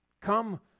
Come